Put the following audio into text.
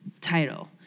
title